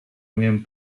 umiem